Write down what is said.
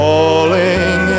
Falling